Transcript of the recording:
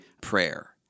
prayer